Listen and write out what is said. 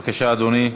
בבקשה, אדוני.